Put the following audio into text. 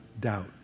doubt